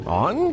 on